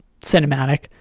cinematic